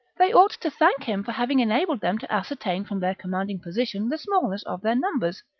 they ought to thank him for having enabled them to ascertain from their commanding position the smallness of their numbers,